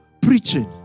preaching